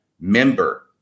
member